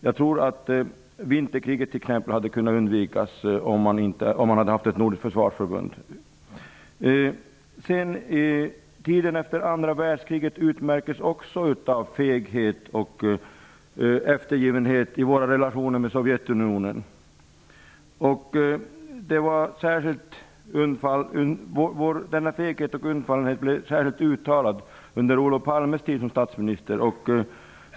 Jag tror att t.ex. vinterkriget hade kunnat undvikas om vi hade haft ett nordiskt försvarsförbund. Även tiden efter andra världskriget utmärks av feghet och eftergivenhet i våra relationer med Sovjetunionen. Denna feghet och undfallenhet blev särskilt uttalad under Olof Palmes tid som statsminister.